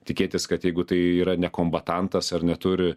tikėtis kad jeigu tai yra nekombatantas ar neturi